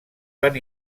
van